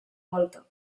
volta